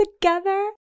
together